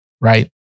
right